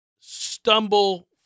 stumble